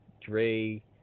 Dre